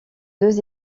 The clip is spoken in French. deux